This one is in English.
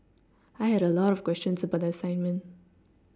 I had a lot of questions about the assignment